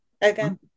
Again